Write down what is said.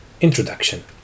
Introduction